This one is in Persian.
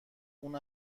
اون